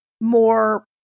more